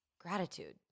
gratitude